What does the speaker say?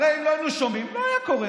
הרי אם לא היינו שומעים, לא היה קורה.